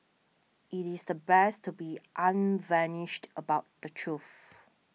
it is the best to be unvarnished about the truth